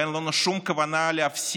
ואין לנו שום כוונה להפסיק,